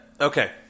okay